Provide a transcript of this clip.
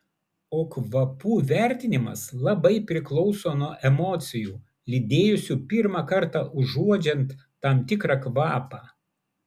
o kvapų vertinimas labai priklauso nuo emocijų lydėjusių pirmą kartą uodžiant tam tikrą kvapą